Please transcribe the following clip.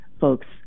folks